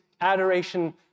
adoration